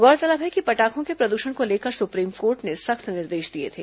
गौरतलब है कि पटाखों के प्रदूषण को लेकर सुप्रीम कोर्ट ने सख्त निर्देश दिए थे